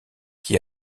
qui